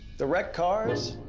the wrecked cars?